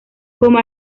como